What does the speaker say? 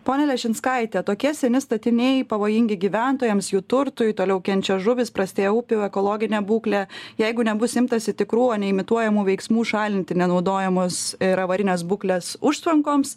pone leščinskaite tokie seni statiniai pavojingi gyventojams jų turtui toliau kenčia žuvys prastėja upių ekologinė būklė jeigu nebus imtasi tikrų o ne imituojamų veiksmų šalinti nenaudojamos ir avarinės būklės užtvankoms